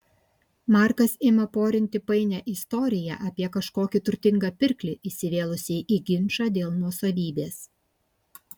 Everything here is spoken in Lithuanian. markas ima porinti painią istoriją apie kažkokį turtingą pirklį įsivėlusį į ginčą dėl nuosavybės